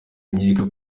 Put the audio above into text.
nkeka